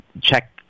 check